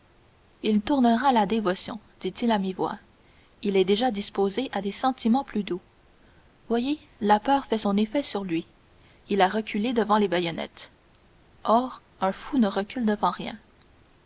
il tournera à la dévotion dit-il à mi-voix il est déjà disposé à des sentiments plus doux voyez la peur fait son effet sur lui il a reculé devant les baïonnettes or un fou ne recule devant rien